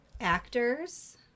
actors